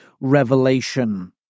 revelation